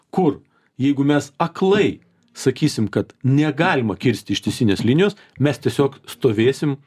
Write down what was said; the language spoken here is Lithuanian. kur jeigu mes aklai sakysim kad negalima kirst ištisinės linijos mes tiesiog stovėsim